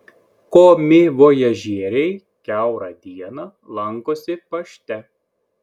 komivojažieriai kiaurą dieną lankosi pašte